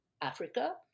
Africa